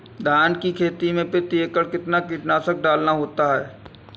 धान की खेती में प्रति एकड़ कितना कीटनाशक डालना होता है?